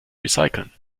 recyceln